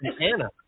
Anna